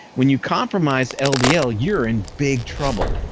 when you compromise ldl ldl you're in big trouble.